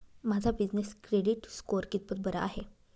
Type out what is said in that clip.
माझा business credit score कितपत बरा आहे?